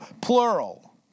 plural